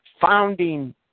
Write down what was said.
founding